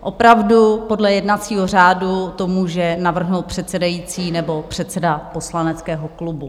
Opravdu podle jednacího řádu to může navrhnout předsedající nebo předseda poslaneckého klubu.